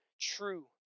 true